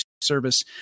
service